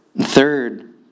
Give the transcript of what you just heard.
Third